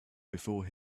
before